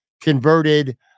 converted